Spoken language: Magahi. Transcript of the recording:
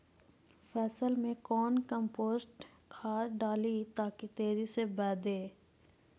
फसल मे कौन कम्पोस्ट खाद डाली ताकि तेजी से बदे?